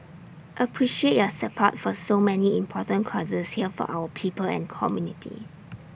appreciate your support for so many important causes here for our people and community